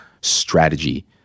strategy